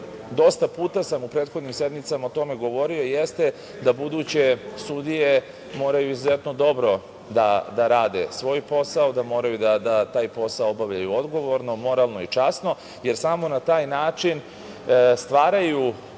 dosta puta sam u prethodnim sednicama o tome govorio, jeste da buduće sudije moraju izuzetno dobro da rade svoj posao, da moraju da taj posao obavljaju odgovorno, moralno i časno, jer samo na taj način stvaraju